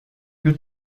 più